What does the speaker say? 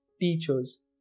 teachers